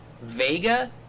Vega